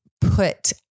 put